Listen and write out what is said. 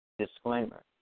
Disclaimer